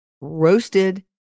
roasted